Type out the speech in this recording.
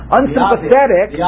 unsympathetic